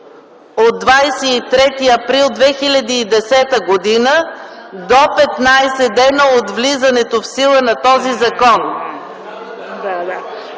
от 23 април 2010 г. до 15 дена от влизането в сила на този закон.”